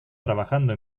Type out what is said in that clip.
trabajando